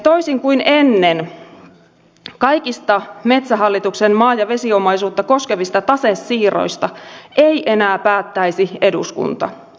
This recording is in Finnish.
toisin kuin ennen kaikista metsähallituksen maa ja vesiomaisuutta koskevista tasesiirroista ei enää päättäisi eduskunta